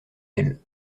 elle